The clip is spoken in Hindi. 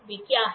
वे क्या हैं